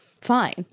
Fine